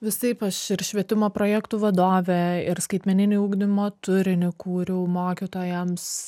visaip aš ir švietimo projektų vadovė ir skaitmeninį ugdymo turinį kūriau mokytojams